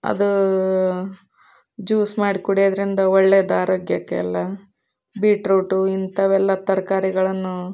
ಅದು ಜ್ಯೂಸ್ ಮಾಡಿ ಕುಡಿಯೋದರಿಂದ ಒಳ್ಳೆದು ಆರೋಗ್ಯಕ್ಕೆಲ್ಲ ಬೀಟ್ರೂಟು ಇಂಥವೆಲ್ಲ ತರಕಾರಿಗಳನ್ನು